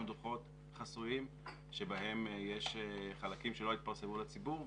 דוחות חסויים שבהם יש חלקים שלא התפרסמו לציבור,